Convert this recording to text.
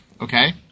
okay